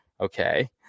Okay